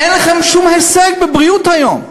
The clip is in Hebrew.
אין לכם שום הישג בבריאות היום.